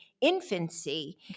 infancy